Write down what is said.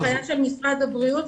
זו הנחיה של משרד הבריאות.